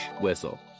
whistle